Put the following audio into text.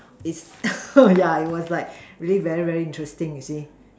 is yeah it was like very very very interesting you see